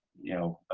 you know,